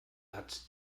hat